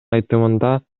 айтымында